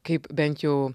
kaip bent jau